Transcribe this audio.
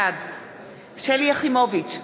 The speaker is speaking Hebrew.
בעד שלי יחימוביץ,